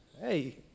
hey